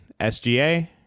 SGA